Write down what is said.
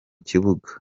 kibuga